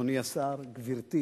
אדוני השר, גברתי